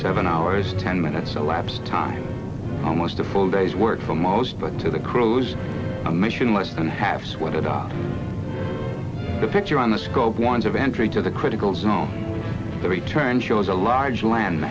seven hours ten minutes elapsed time almost a full day's work for most but to the crew's mission less than half whether the picture on the scope ones of entry to the critical zone the return shows a large land